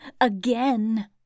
again